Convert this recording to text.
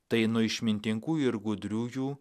tai nuo išmintingųjų ir gudriųjų